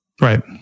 Right